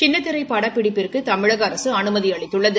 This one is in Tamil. சின்னத்திரை படப்பிடிப்பிற்கு தமிழக அரசு அனுமதி அளித்துள்ளது